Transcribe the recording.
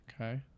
Okay